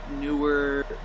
newer